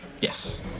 Yes